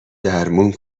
درمون